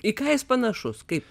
į ką jis panašus kaip